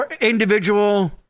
individual